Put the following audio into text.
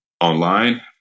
online